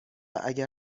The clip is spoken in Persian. اگر